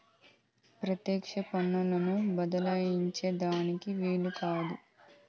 పెత్యెక్ష పన్నులను బద్దలాయించే దానికి ఈలు కాదు